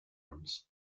arms